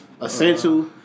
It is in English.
Essential